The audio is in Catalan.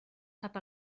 cap